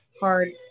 hard